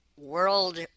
World